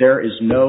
there is no